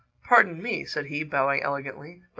pardon me, said he, bowing elegantly,